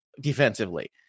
defensively